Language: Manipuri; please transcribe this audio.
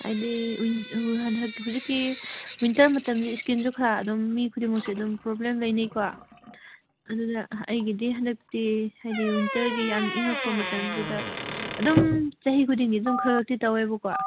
ꯍꯥꯏꯕꯗꯤ ꯍꯧꯖꯤꯛꯇꯤ ꯋꯤꯟꯇꯔ ꯃꯇꯝꯁꯤ ꯁ꯭ꯀꯤꯟꯁꯨ ꯈꯔ ꯑꯗꯨꯝ ꯃꯤ ꯈꯨꯗꯤꯡꯃꯛꯁꯦ ꯑꯗꯨꯝ ꯄ꯭ꯔꯣꯕ꯭ꯂꯦꯝ ꯂꯩꯅꯩꯀꯣ ꯑꯗꯨꯅ ꯑꯩꯒꯤꯗꯤ ꯍꯟꯗꯛꯇꯤ ꯍꯥꯏꯕꯗꯤ ꯋꯤꯟꯇꯔꯒꯤ ꯌꯥꯝ ꯏꯪꯂꯛꯄ ꯃꯇꯝꯁꯤꯗ ꯑꯗꯨꯝ ꯆꯍꯤ ꯈꯨꯗꯤꯡꯒꯤ ꯑꯗꯨꯝ ꯈꯔ ꯈꯔꯗꯤ ꯇꯧꯋꯦꯕꯀꯣ